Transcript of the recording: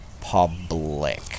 public